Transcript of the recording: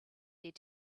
their